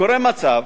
קורה מצב